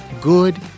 good